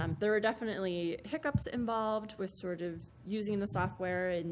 um there are definitely hiccups involved with sort of using the software, and